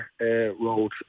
road